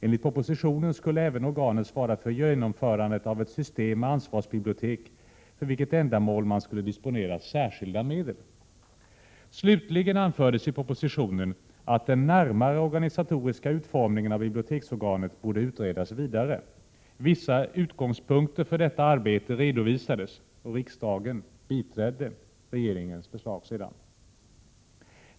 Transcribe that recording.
Enligt propositionen skulle organet även svara för genomförandet av ett system med ansvarsbibliotek, för vilket ändamål man skulle disponera särskilda medel. Slutligen anfördes i propositionen att den närmare organisatoriska utformningen av biblioteksorganet borde utredas vidare. Vissa utgångspunkter för detta arbete redovisades. Riksdagen biträdde regeringens förslag.